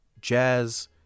jazz